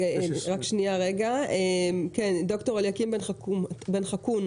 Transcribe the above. דוקטור אליקים בן חקון,